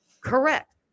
correct